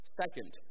second